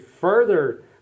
further